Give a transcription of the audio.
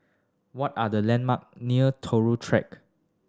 what are the landmark near Turut Track